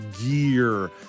gear